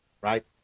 right